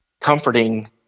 comforting